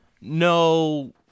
no